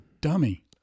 dummy